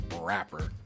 rapper